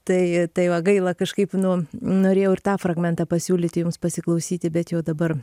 tai tai va gaila kažkaip nu norėjau ir tą fragmentą pasiūlyti jums pasiklausyti bet jau dabar